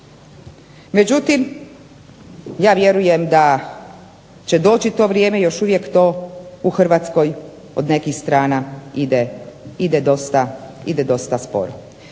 Međutim, ja vjerujem da će doći to vrijeme. Još uvijek to u Hrvatskoj od nekih strana ide dosta sporo.